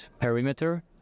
perimeter